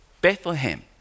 Bethlehem